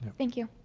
thank you.